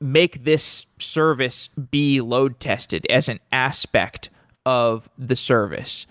make this service be load tested as an aspect of the service.